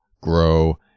grow